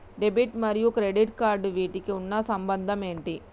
Debit మరియు credit cards వీటికి ఉన్న సంబంధం ఏంటి?